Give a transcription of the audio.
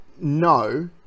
no